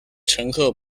乘客